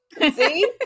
See